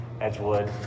Edgewood